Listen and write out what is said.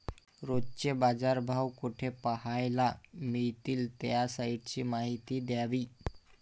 रोजचे बाजारभाव कोठे पहायला मिळतील? त्या साईटची माहिती द्यावी